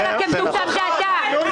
הוא יודע לזהות את מה שאתם עושים.